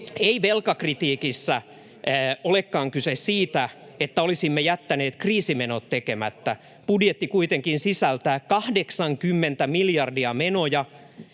Ei velkakritiikissä olekaan kyse siitä, että olisimme jättäneet kriisimenot tekemättä. Budjetti kuitenkin sisältää 80 miljardia menoja